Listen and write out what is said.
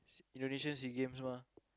Indonesia S_E_A-Games mah